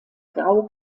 grau